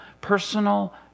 personal